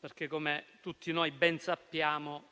perché - come tutti ben sappiamo